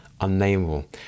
unnameable